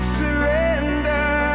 surrender